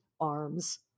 arms